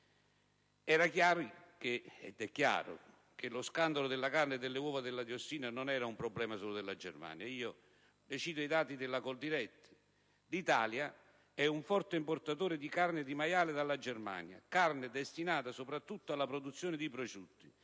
è chiaro - che lo scandalo della carne e delle uova alla diossina non era certamente un problema della sola Germania, e vorrei citare in proposito i dati della Coldiretti: «L'Italia è un forte importatore di carne di maiale dalla Germania, carne destinata soprattutto alla produzione di prosciutti